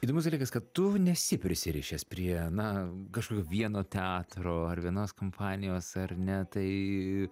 įdomus dalykas kad tu nesi prisirišęs prie na kažkokio vieno teatro ar vienos kompanijos ar ne tai